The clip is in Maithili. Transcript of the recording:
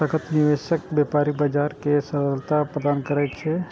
संस्थागत निवेशक व्यापारिक बाजार कें तरलता प्रदान करै छै